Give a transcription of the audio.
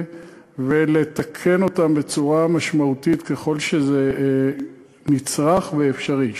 ולתקן אותם בצורה משמעותית ככל שזה נצרך ואפשרי,